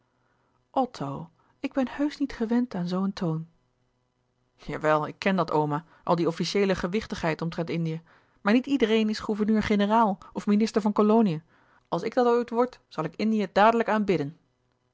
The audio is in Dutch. otto ik ben heusch niet gewend aan zoo een toon jawel ik ken dat oma al die officieele gewichtigheid omtrent indië maar niet iedereen is gouverneur-generaal of minister van koloniën als ik dat ooit word zal ik indië dadelijk aanbidden